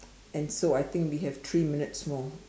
and so I think we have three minutes more